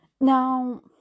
Now